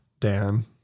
Dan